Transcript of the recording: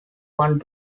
one